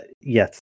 yes